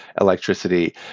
electricity